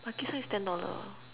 Makisan is ten dollar ah